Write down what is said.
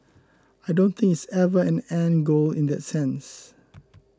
I don't think it's ever an end goal in that sense